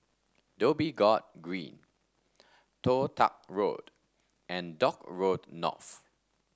Dhoby Ghaut Green Toh Tuck Road and Dock Road North